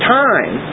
time